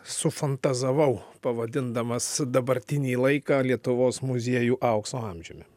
sufantazavau pavadindamas dabartinį laiką lietuvos muziejų aukso amžiumi